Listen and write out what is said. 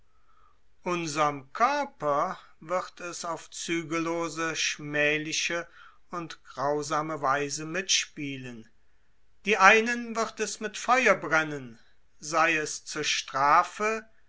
unserm körper wird es auf zügellose schmähliche und grausame weise mitspielen die einen wird es mit feuer brennen sei es zur strafe